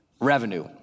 revenue